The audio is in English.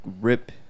rip